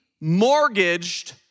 mortgaged